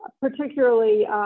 particularly